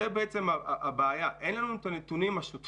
זו הבעיה אין לנו את הנתונים שוטפים,